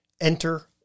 Enter